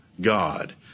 God